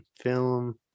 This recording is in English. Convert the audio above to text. Film